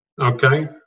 Okay